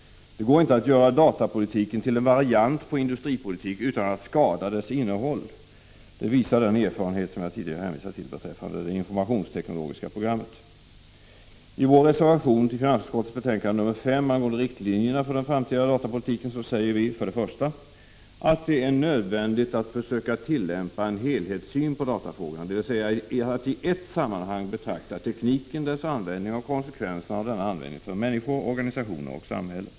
1985/86:53 datapolitiken till en variant på industripolitik utan att skada dess innehåll. 17 december 1985 Det visar den erfarenhet som jag tidigare hänvisade till beträffandedet. ZH informationsteknologiska programmet. I vår reservation till finansutskottets betänkande 5 angående riktlinjerna för den framtida datapolitiken säger vi: 1. Det är nödvändigt att försöka tillämpa en helhetssyn på datafrågorna, dvs. att i ett sammanhang betrakta tekniken, dess användning och konsekvenserna av denna användning för människor, organisationer och samhälle.